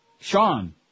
Sean